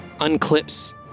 unclips